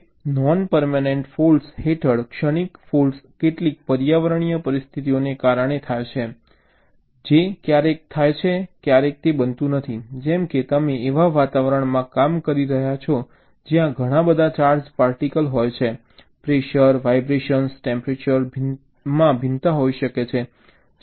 હવે non permanent faults હેઠળ ક્ષણિક ફૉલ્ટ્સ કેટલીક પર્યાવરણીય પરિસ્થિતિઓને કારણે થાય છે જે ક્યારેક થાય છે ક્યારેક તે બનતું નથી જેમ કે તમે એવા વાતાવરણમાં કામ કરી રહ્યા છો જ્યાં ઘણા બધા ચાર્જ પાર્ટિકલ્સ હોય છે પ્રેશર વાઇબ્રેશન ટેમ્પરેચરમાં ભિન્નતા હોઈ શકે છે